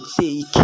take